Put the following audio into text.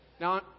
now